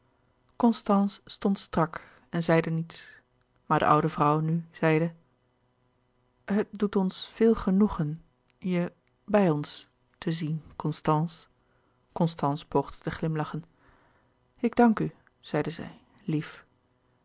constance stond strak en zij zeide niets maar de oude vrouw nu zeide het doet ons veel genoegen je bij ons te zien constance constance poogde te glimlachen ik dank u zeide zij lief